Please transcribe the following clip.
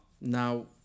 now